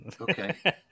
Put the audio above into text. Okay